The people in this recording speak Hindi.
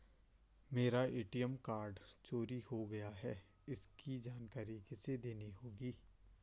मेरा ए.टी.एम कार्ड चोरी हो गया है इसकी जानकारी किसे देनी होगी?